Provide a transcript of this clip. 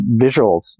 visuals